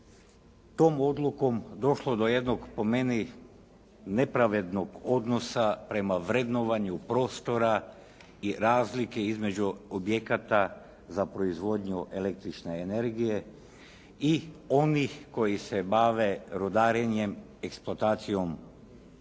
tom odlukom došlo do jednog po meni nepravednog odnosa prema vrednovanju prostora i razlike između objekata za proizvodnju električne energije i onih koji se bave rudarenjem, eksploatacijom rudnog